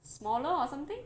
smaller or something